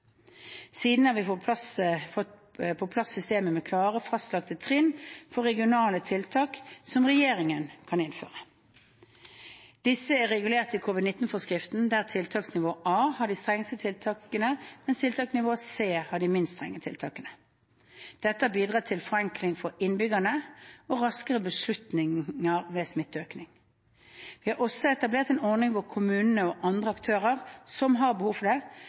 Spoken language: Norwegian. Siden har vi fått på plass systemet med klare, fastlagte trinn for regionale tiltak som regjeringen kan innføre. Disse er regulert i covid-19-forskriften, der tiltaksnivå A har de strengeste tiltakene, mens tiltaksnivå C har de minst strenge tiltakene. Dette har bidratt til forenkling for innbyggerne og raskere beslutninger ved smitteøkning. Vi har også etablert en ordning hvor kommunene og andre aktører som har behov for det,